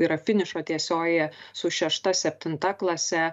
yra finišo tiesiojoje su šešta septinta klase